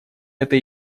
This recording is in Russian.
это